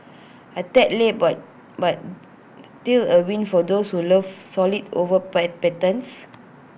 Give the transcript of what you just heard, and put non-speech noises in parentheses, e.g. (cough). A tad late but but still A win for those who love solids over (unintelligible) patterns